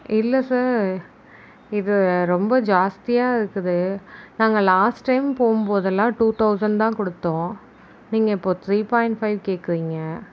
இல்லை சார் இது ரொம்ப ஜாஸ்தியாக இருக்குது நாங்கள் லாஸ்ட் டைம் போகும்போதெல்லாம் டூ தௌசன்ட்தான் கொடுத்தோம் நீங்கள் இப்போ த்ரீ பாயிண்ட் ஃபை கேட்குறீங்க